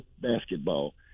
basketball